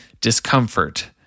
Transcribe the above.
discomfort